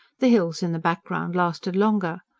the hills in the background lasted longer.